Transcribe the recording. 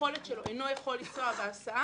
היכולת שלו אינו יכול לנסוע בהסעה,